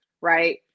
right